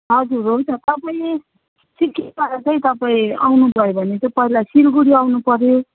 हजुर हुन्छ तपाईँ सिक्किमबाट चाहिँ तपाईँ आउनुभयो भने चाहिँ पहिला सिलिगुडी आउनुपर्यो